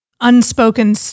unspoken